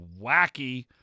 wacky